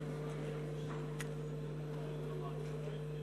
(חברי הכנסת מקדמים בקימה את פני נשיא